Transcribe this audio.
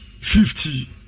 fifty